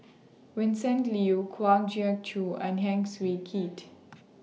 Vincent Leow Kwa Geok Choo and Heng Swee Keat